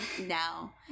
now